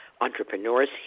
entrepreneurs